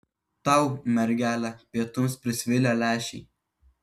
tau mergele pietums prisvilę lęšiai